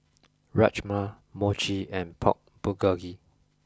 Rajma Mochi and Pork Bulgogi